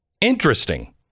Interesting